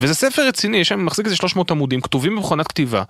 וזה ספר רציני שמחזיק איזה 300 עמודים כתובים במכונת כתיבה